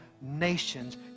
nations